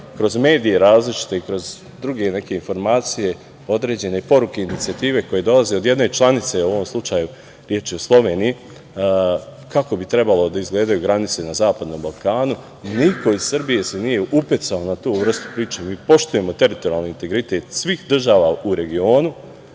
kroz medije i kroz druge neke informacije određene poruke i inicijative koje dolaze od jedne članice, u ovom slučaju reč je o Sloveniji, kako bi trebalo da izgledaju granice na Zapadnom Balkanu, niko iz Srbije se nije upecao na tu vrstu priče. Mi poštujemo teritorijalni integritet svih država u regionu,